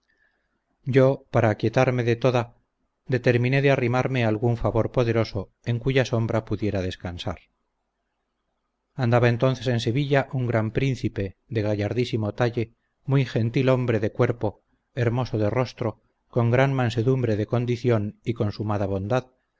yo para aquietarme de toda determiné de arrimarme a algún favor poderoso en cuya sombra pudiera descansar andaba entonces en sevilla un gran príncipe de gallardísimo talle muy gentil hombre de cuerpo hermoso de rostro con gran mansedumbre de condición y consumada bondad